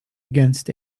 against